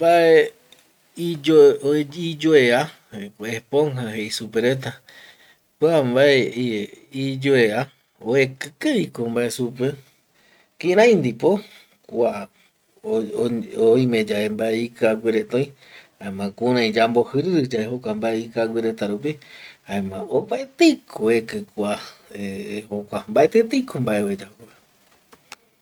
Mbae iyoea esponja jei supe reta, kua mbae iyoea oeki kaviko mbae supe, kirai ndipo kua oime yave kua mbae ikiague reta oi, jaema kuarai yambojiriri yae jokua mbae ikiague reta rupi jaema opaeteiko oeki kua eh kua, mbaeti eteiko mbae oeya